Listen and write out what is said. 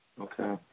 okay